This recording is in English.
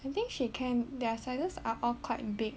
I think she can their sizes are all quite big